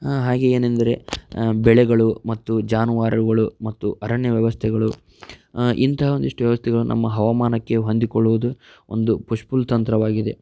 ಹಾಗೆಯೇನೆಂದರೆ ಬೆಳೆಗಳು ಮತ್ತು ಜಾನುವಾರುಗಳು ಮತ್ತು ಅರಣ್ಯ ವ್ಯವಸ್ಥೆಗಳು ಇಂತಹ ಒಂದಿಷ್ಟು ವ್ಯವಸ್ಥೆಗಳು ನಮ್ಮ ಹವಾಮಾನಕ್ಕೆ ಹೊಂದಿಕೊಳ್ಳುವುದು ಒಂದು ಪುಷ್ಪುಲ್ತಂತ್ರವಾಗಿದೇ